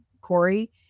Corey